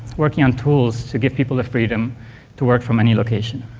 working on tools to give people the freedom to work from any location.